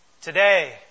today